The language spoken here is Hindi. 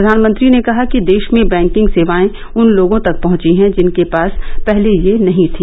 प्रवानमंत्री ने कहा कि देश में बैंकिंग सेवाए उन लोगों तक पहंची हैं जिनके पास पहले यह नहीं थी